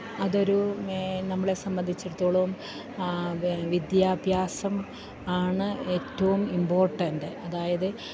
അതൊരു നമ്മളെ സംബന്ധിച്ചിടത്തോളം വിദ്യാഭ്യാസം ആണ് ഏറ്റവും ഇമ്പോർട്ടൻ്റ് അതായത്